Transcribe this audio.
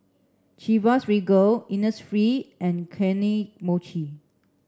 Chivas Regal Innisfree and Kane Mochi